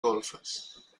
golfes